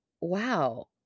wow